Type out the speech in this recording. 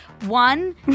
one